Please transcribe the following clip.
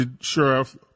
Sheriff